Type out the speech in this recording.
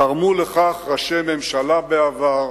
תרמו לכך ראשי ממשלה בעבר,